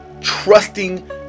trusting